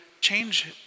change